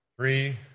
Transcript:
Three